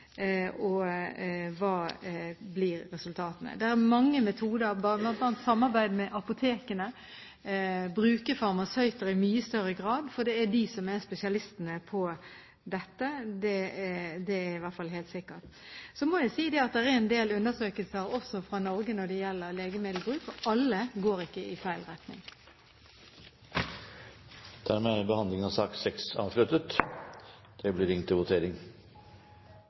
og hva resultatene blir. Det er mange metoder, bl.a. samarbeid med apotekene; man må bruke farmasøyter i mye større grad, for det er de som er spesialistene på dette. Det er i hvert fall helt sikkert. Så må jeg si at det er en del undersøkelser også fra Norge når det gjelder legemiddelbruk, og alle går ikke i feil retning. Dermed er sak nr. 6 avsluttet. Vi går da til votering.